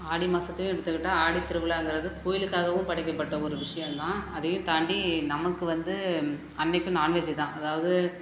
ஆடி மாதத்தியும் எடுத்துக்கிட்டால் ஆடி திருவிழாங்கிறது கோவிலுக்காகவும் படைக்கப்பட்ட ஒரு விஷயோம் தான் அதையும் தாண்டி நமக்கு வந்து அன்றைக்கும் நான்வெஜ்ஜி தான் அதாவது